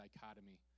dichotomy